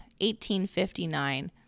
1859